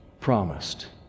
promised